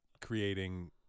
creating